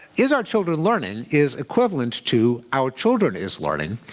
is our children learning is equivalent to our children is learning.